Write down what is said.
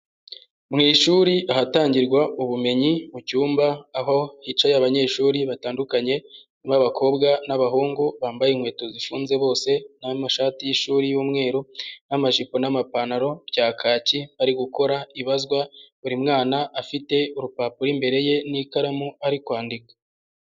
Mu ishuri ahatangirwa ubumenyi mu cyumba aho hicaye abanyeshuri batandukanye b'abakobwa n'abahungu, bambaye inkweto zifunze bose n'amashati y'ishuri y'umweru n'amajipo n'amapantaro bya kaki bari gukora ibazwa, buri mwana afite urupapuro imbere ye n'ikaramu ari kwandika.